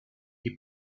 les